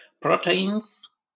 proteins